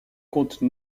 compte